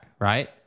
right